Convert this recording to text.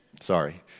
sorry